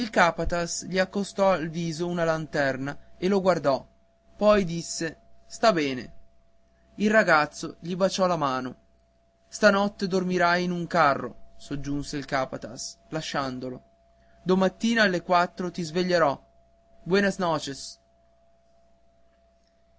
capataz gli accostò al viso una lanterna e lo guardò poi disse sta bene il ragazzo gli baciò la mano stanotte dormirai in un carro soggiunse il capataz lasciandolo domattina alle quattro ti sveglierò buenas noches